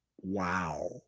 Wow